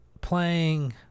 playing